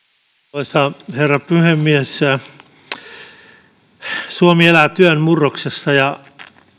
arvoisa herra puhemies suomi elää työn murroksessa ja